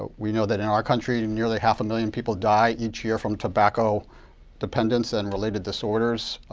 we know that in our country, nearly half a million people die each year from tobacco dependence and related disorders.